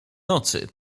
nocy